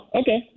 okay